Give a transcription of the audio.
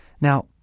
Now